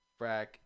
Frack